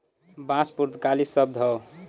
बांस पुर्तगाली शब्द हौ